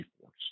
force